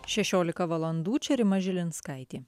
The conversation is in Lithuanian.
šešiolika valandų čia rima žilinskaitė